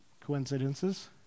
coincidences